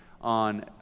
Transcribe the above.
on